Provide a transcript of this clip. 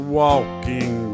walking